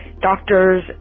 doctors